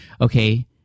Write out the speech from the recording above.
okay